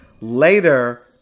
later